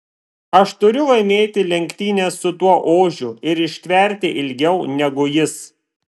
aš turiu laimėti lenktynes su tuo ožiu ir ištverti ilgiau negu jis